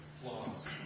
flaws